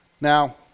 Now